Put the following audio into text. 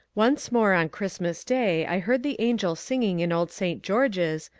once more on christmas day i heard the angel singing in old st. george's,